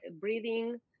breathing